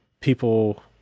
people